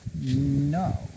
No